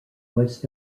was